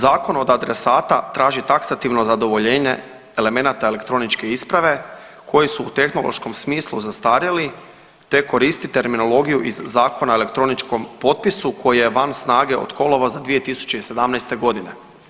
Zakon od adresata traži taksativno zadovoljenje elemenata elektroničke isprave koji su u tehnološkom smislu zastarjeli te koristi terminologiju iz Zakona o elektroničkom potpisu koja je van snage od kolovoza 2017. godine.